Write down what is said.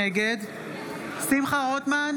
נגד שמחה רוטמן,